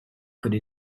could